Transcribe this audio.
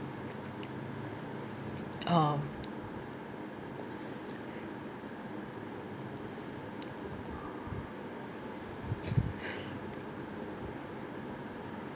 uh